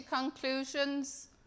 conclusions